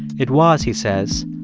it was, he says,